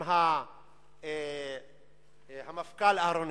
עם המפכ"ל אהרונישקי,